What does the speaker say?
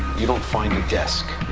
you don't find a desk,